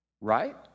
right